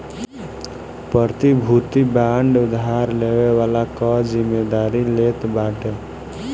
प्रतिभूति बांड उधार लेवे वाला कअ जिमेदारी लेत बाटे